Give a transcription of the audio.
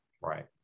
right